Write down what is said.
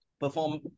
perform